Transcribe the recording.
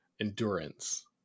endurance